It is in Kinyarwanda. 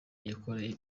yakoreye